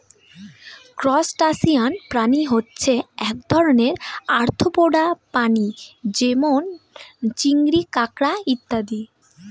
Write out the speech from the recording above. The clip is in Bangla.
ত্রুসটাসিয়ান প্রাণী হচ্ছে এক ধরনের আর্থ্রোপোডা প্রাণী যেমন চিংড়ি, কাঁকড়া ইত্যাদি